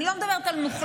אני לא מדברת על מוחלט,